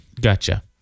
Gotcha